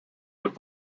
would